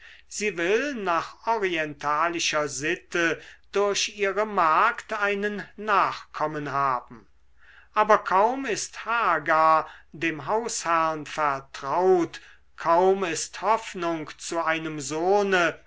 sie will nach orientalischer sitte durch ihre magd einen nachkommen haben aber kaum ist hagar dem hausherrn vertraut kaum ist hoffnung zu einem sohne